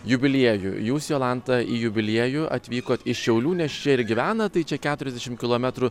jubiliejų jūs jolanta į jubiliejų atvykot iš šiaulių nes čia ir gyvenat tai čia keturiasdešim kilometrų